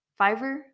fiverr